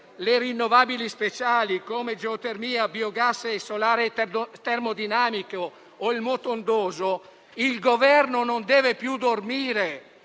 le rinnovabili speciali (come geotermia, biogas, solare termodinamico e moto ondoso), il Governo non deve più dormire,